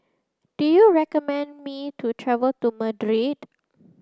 do you recommend me to travel to Madrid